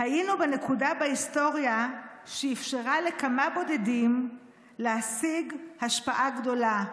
היינו בנקודה בהיסטוריה שאפשרה לכמה בודדים להשיג השפעה גדולה.